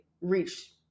reach